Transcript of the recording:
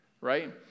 right